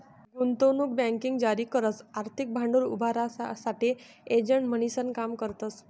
गुंतवणूक बँकिंग जारी करस आर्थिक भांडवल उभारासाठे एजंट म्हणीसन काम करतस